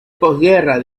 posguerra